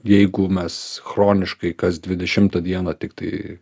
jeigu mes chroniškai kas dvidešimtą dieną tiktai